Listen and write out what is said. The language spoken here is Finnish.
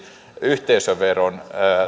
yhteisöveron